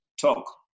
talk